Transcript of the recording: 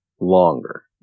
longer